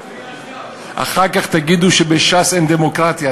אחר כך תגידו שבש"ס אין דמוקרטיה,